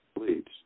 leads